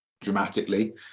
dramatically